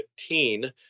2015